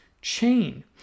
Chain